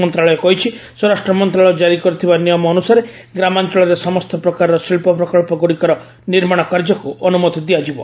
ମନ୍ତ୍ରଣାଳୟ କହିଛି ସ୍ୱରାଷ୍ଟ୍ର ମନ୍ତ୍ରଣାଳୟ ଜାରି କରିଥିବା ନିୟମ ଅନୁସାରେ ଗ୍ରାମାଞ୍ଚଳରେ ସମସ୍ତ ପ୍ରକାରର ଶିଳ୍ପ ପ୍ରକନ୍ଧଗୁଡ଼ିକର ନିର୍ମାଣ କାର୍ଯ୍ୟକୁ ଅନୁମତି ଦିଆଯିବ